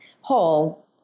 whole